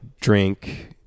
drink